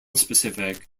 specific